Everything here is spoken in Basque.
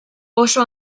oso